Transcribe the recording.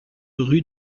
rue